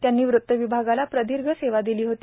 त्यांनी वृत्त विभागाला प्रदीर्घ सेवा दिली होती